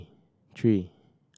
three